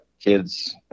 kids